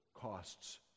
costs